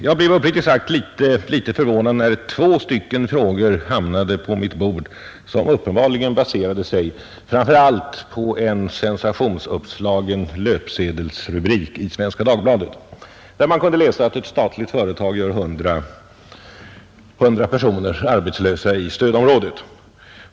Jag blev uppriktigt sagt litet förvånad när två frågor hamnade på mitt bord, vilka uppenbarligen baserade sig framför allt på en sensationsuppslagen löpsedelsrubrik i Svenska Dagbladet, där man kunde läsa att ett statligt företag gör 100 personer arbetslösa i stödområdet.